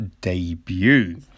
debut